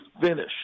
finish